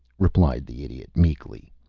replied the idiot, meekly.